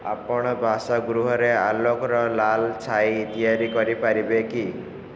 ଆପଣ ବାସଗୃହରେ ଆଲୋକର ଲାଲ ଛାଇ ତିଆରି କରିପାରିବେ କି